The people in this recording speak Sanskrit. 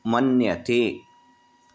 मन्यते